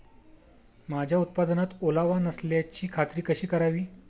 माझ्या उत्पादनात ओलावा नसल्याची खात्री कशी करावी?